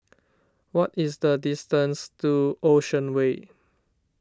what is the distance to Ocean Way